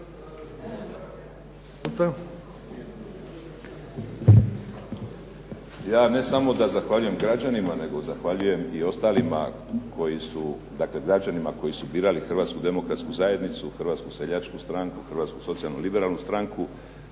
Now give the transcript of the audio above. Ja ne samo da zahvaljujem građanima nego zahvaljujem i ostalima, dakle građanima koji su birali Hrvatsku demokratsku zajednicu, Hrvatsku seljačku stranku, Hrvatsku socijalno-liberalnu stranku,